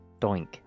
Doink